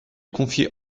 confiait